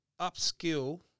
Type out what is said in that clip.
upskill